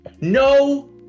No